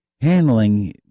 handling